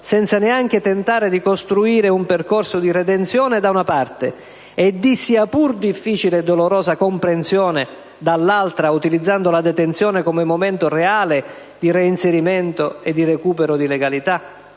senza neanche tentare di costruire un percorso di redenzione, da una parte, e di sia pur difficile e dolorosa comprensione, dall'altra, utilizzando la detenzione come momento reale di reinserimento e di recupero di legalità?